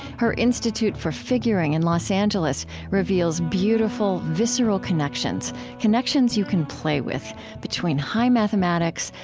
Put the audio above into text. her institute for figuring in los angeles reveals beautiful, visceral connections connections you can play with between high mathematics,